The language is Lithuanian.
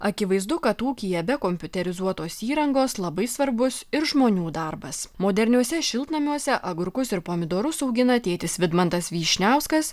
akivaizdu kad ūkyje be kompiuterizuotos įrangos labai svarbus ir žmonių darbas moderniuose šiltnamiuose agurkus ir pomidorus augina tėtis vidmantas vyšniauskas